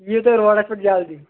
یِیو تُہی روڑس پٮ۪ٹھ جلدی